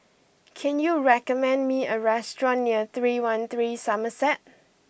can you recommend me a restaurant near Three One Three Somerset